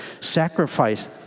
sacrifice